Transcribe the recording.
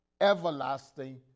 everlasting